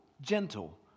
gentle